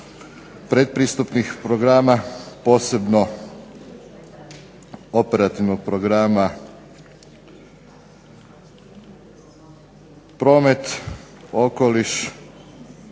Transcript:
pretpristupnih programa posebno operativnog programa promet, okoliš,